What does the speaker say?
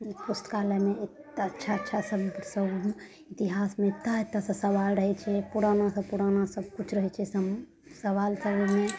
उ पुस्तकालय मे बहुत अच्छा अच्छा सभीके सब ही इतिहासमे एत्ता एत्ता सा सवाल रहय छलय पुरानासँ पुराना सब किछु रहय छै ईसब मे सबाल करयमे